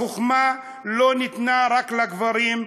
החוכמה לא ניתנה רק לגברים,